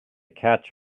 catch